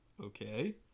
Okay